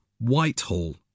Whitehall